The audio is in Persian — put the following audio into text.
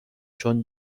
چون